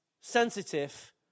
sensitive